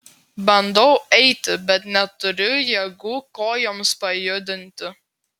bandau eiti bet neturiu jėgų kojoms pajudinti